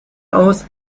aus